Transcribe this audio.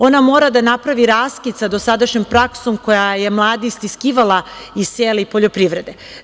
Ona mora da napravi raskid sa dosadašnjom praksom koja je mlade istiskivala iz sela i poljoprivrede.